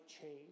change